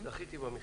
וזכיתי במכרז.